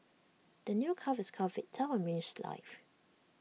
the new calf is calf Vita means life